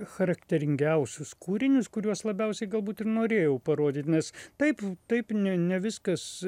charakteringiausius kūrinius kuriuos labiausiai galbūt ir norėjau parodyt nes taip taip ne ne viskas